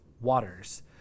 waters